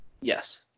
Yes